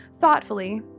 thoughtfully